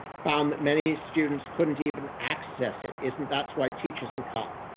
found that many students couldn't even access it. isn't that's why teachers and copy,